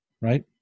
Right